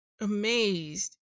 amazed